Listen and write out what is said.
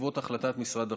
בעקבות החלטת משרד החינוך.